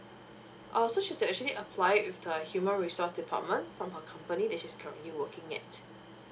oh so she's actually applied with the human resource department from her company that she's currently working at